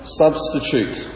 substitute